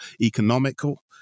economical